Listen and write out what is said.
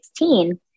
2016